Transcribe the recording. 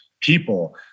people